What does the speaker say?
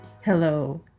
Hello